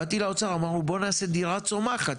באתי לאוצר אמרתי בואו נעשה דירה צומחת,